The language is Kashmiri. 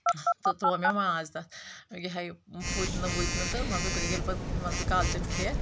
تہٕ تروو مےٚ ماز تتھ یِہَے پھُدۍنہٕ وُدۍنہٕ تہٕ مان ژٕ گے ییٚلہِ پتہٕ مان ژٕ کالچن کھیٚیکھ